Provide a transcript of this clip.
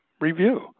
review